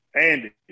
Andy